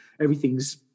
everything's